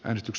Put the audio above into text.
äänestys